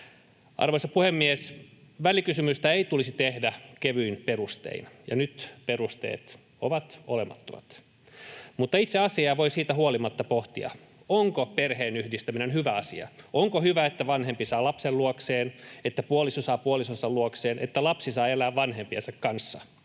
Arvoisa puhemies! Välikysymystä ei tulisi tehdä kevyin perustein, ja nyt perusteet ovat olemattomat, mutta itse asiaa voi siitä huolimatta pohtia. Onko perheenyhdistäminen hyvä asia? Onko hyvä, että vanhempi saa lapsen luokseen, että puoliso saa puolisonsa luokseen, että lapsi saa elää vanhempiensa kanssa?